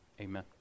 Amen